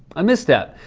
a misstep.